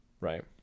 right